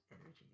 energy